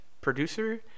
producer